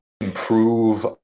improve